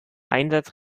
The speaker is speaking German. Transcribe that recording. einsatz